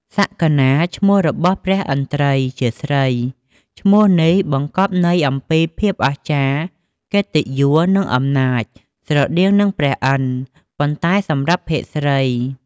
សក្កណា ឈ្មោះរបស់ព្រះឥន្ទ្រិយ៍ជាស្រី ឈ្មោះនេះបង្កប់ន័យអំពីភាពអស្ចារ្យ កិត្តិយស និងអំណាច ស្រដៀងនឹងព្រះឥន្ទ្រ ប៉ុន្តែសម្រាប់ភេទស្រី។